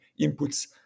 inputs